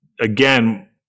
again